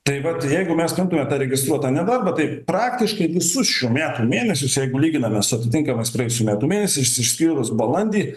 tai vat jeigu mes imtume tą registruotą nedarbą tai praktiškai visus šių metų mėnesius jeigu lyginame su aptinkamais praėjusių metų mėnesiais išskyrus balandį